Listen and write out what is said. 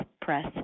press